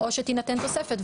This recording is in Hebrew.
או שתינתן תוספת?